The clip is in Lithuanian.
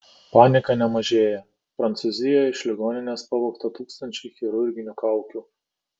panika nemažėją prancūzijoje iš ligoninės pavogta tūkstančiai chirurginių kaukių